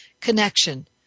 connection